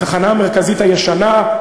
התחנה המרכזית הישנה,